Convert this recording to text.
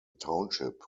township